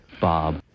Bob